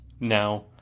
Now